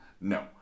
no